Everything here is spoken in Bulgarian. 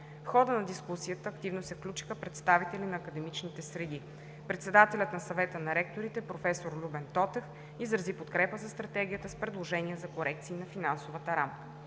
В хода на дискусията активно се включиха представители на академичните среди. Председателят на Съвета на ректорите проф. Любен Тотев изрази подкрепа за Стратегията с предложение за корекции на финансовата рамка.